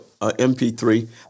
MP3